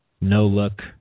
no-look